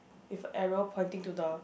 with arrow pointing to the